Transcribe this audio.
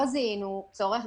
לא זיהינו צורך,